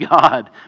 God